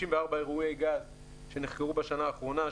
54 אירועי גז נחקרו בשנה האחרונה,